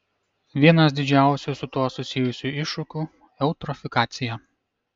vienas didžiausių su tuo susijusių iššūkių eutrofikacija